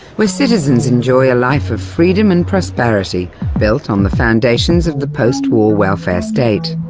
where citizens enjoy a life of freedom and prosperity built on the foundations of the post-war welfare state.